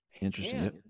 Interesting